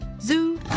Zoo